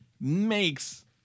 makes